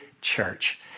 church